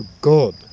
God